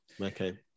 Okay